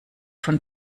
von